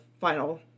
final